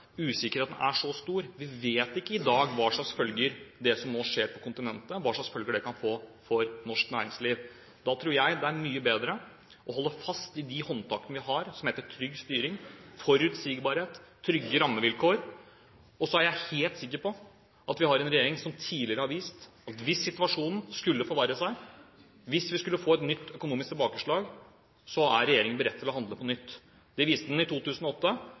usikkerheten er så stor. Vi vet ikke i dag hva slags følger det som nå skjer på kontinentet, kan få for norsk næringsliv. Da tror jeg det er mye bedre å holde fast i de håndtakene vi har, som heter trygg styring, forutsigbarhet og trygge rammevilkår. Så er jeg helt sikker på at regjeringen, som tidligere, hvis situasjonen skulle forverre seg, hvis vi skulle få et nytt økonomisk tilbakeslag, er beredt til å handle på nytt – det viste man i 2008.